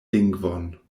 lingvon